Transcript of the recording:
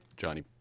johnny